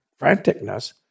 franticness